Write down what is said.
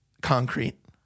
Concrete